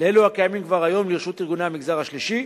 לאלו הקיימים כבר היום לרשות ארגוני המגזר השלישי,